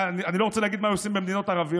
אני לא רוצה להגיד מה היו עושים במדינות ערביות,